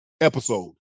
Episode